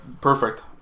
perfect